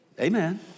amen